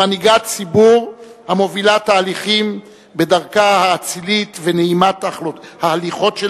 מנהיגת ציבור המובילה תהליכים בדרכה האצילית ונעימת ההליכות,